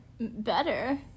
better